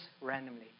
randomly